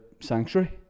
sanctuary